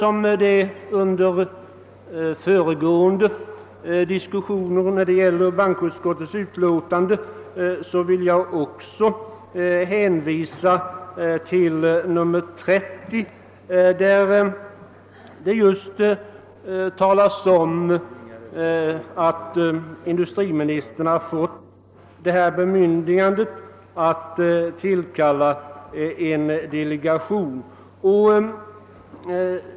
Jag vill också hänvisa till att det i bankoutskottets utlåtande nr 30 talas om att industriministern har fått bemyndigande att tillkalla en delegation.